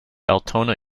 altona